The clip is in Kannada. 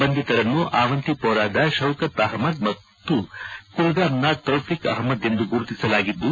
ಬಂಧಿತರನ್ನು ಆವಂತಿಪೋರಾದ ಶೌಕತ್ ಅಹಮದ್ ಹಾಗೂ ಕುಲ್ಗಾಮ್ನ ತೌಫಿಕ್ ಅಹಮದ್ ಎಂದು ಗುರುತಿಸಲಾಗಿದ್ದು